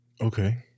Okay